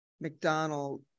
McDonald